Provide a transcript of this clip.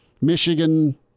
Michigan